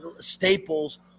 staples